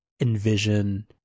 Envision